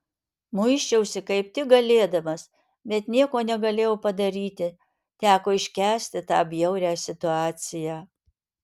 muisčiausi kaip tik galėdamas bet nieko negalėjau padaryti teko iškęsti tą bjaurią situaciją